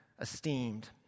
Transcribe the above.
esteemed